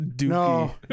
No